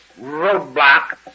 roadblock